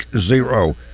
zero